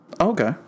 Okay